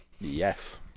Yes